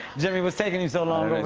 jimmy, what's taking him so long over